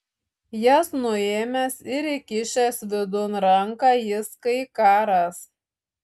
jas nuėmęs ir įkišęs vidun ranką jis kai ką ras